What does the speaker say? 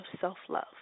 self-love